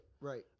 Right